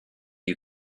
you